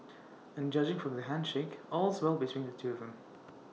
and judging from this handshake all's well between the two of them